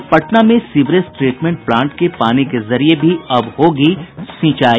और पटना में sewerage treatment plant के पानी के जरिये भी अब होगी सिंचाई